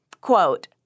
quote